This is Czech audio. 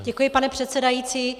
Děkuji, pane předsedající.